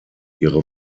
ihre